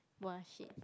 !wah! !shit!